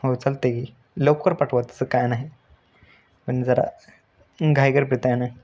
हो चालत आहे की लवकर पाठवा तसं काही नाही पण जरा घाईगडबडीत आहे मी